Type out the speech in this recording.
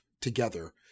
together